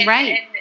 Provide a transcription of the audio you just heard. Right